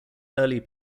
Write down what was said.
early